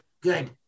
Good